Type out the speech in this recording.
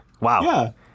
Wow